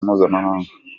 mpuzamahanga